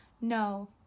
No